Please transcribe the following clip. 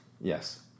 Yes